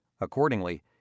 Accordingly